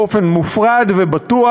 באופן מופרד ובטוח.